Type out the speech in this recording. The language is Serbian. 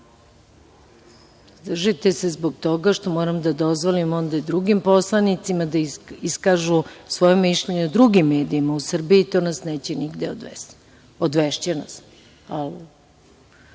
uzdržite se zbog toga što moram da dozvolim onda i drugim poslanicima da iskažu svoje mišljenje o drugim medijima u Srbiji. To nas neće nigde odvesti.